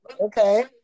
okay